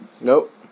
nope